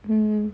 mm